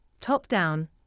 top-down